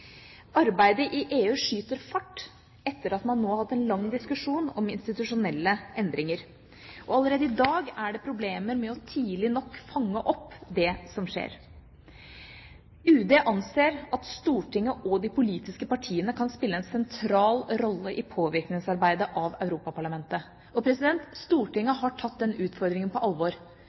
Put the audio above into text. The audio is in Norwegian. Arbeidet i EU skyter fart etter at man nå har hatt en lang diskusjon om institusjonelle endringer, og allerede i dag er det problemer med tidlig nok å fange opp det som skjer. UD anser at Stortinget og de politiske partiene kan spille en sentral rolle i påvirkningsarbeidet overfor Europaparlamentet, og Stortinget har tatt den utfordringen på alvor.